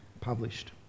published